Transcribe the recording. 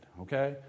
Okay